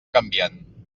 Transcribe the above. canviant